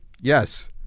Yes